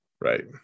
Right